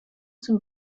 zum